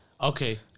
Okay